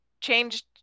changed